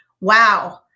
wow